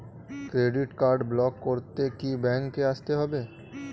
Credit card block করতে কি ব্যাংকে আসতে হবে?